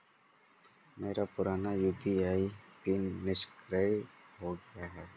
मेरा पुराना UPI PIN निष्क्रिय हो गया है